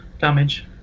damage